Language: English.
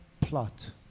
plot